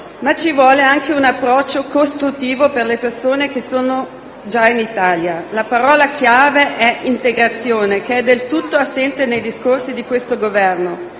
Ci vuole però anche un approccio costruttivo per le persone che sono già in Italia. La parola chiave è integrazione, che è del tutto assente nei discorsi di questo Governo.